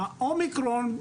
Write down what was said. העניים עם האומיקרון הוא,